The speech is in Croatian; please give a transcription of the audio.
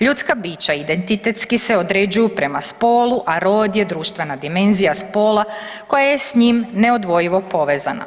Ljudska bića identitetski se određuju prema spolu, a rod je društvena dimenzija spola koja je s njim neodvojivo povezana.